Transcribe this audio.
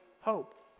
hope